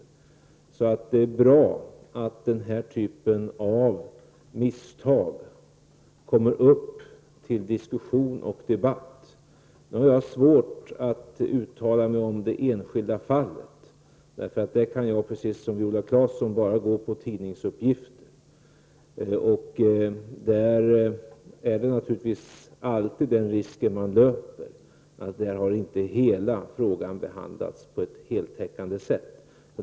Det är bra att sådana här misstag kommer upp till diskussion och debatt. Nu har jag svårt att uttala mig om ett enskilt fall, för där kan jag precis som Viola Claesson bara gå på tidningsuppgifter. Då löper man naturligtvis den risken att inte hela frågan har behandlats på heltäckande sätt.